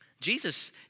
Jesus